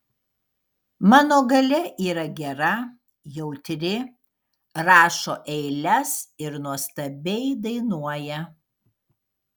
mano galia yra gera jautri rašo eiles ir nuostabiai dainuoja